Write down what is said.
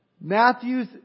Matthew's